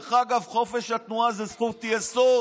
דרך אגב, חופש התנועה הוא זכות יסוד.